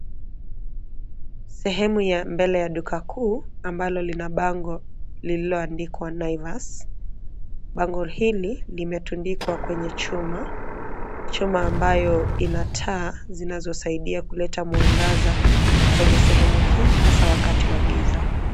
Sehemu ya mbele ya duka kuu, ambalo lina bango, lililoandikwa Naivas, bango hili, limetundikwa kwenye chuma, chuma ambayo ina taa zinazosaidia kuleta mwangaza, kwenye sehemu hii hasa wakati wa giza.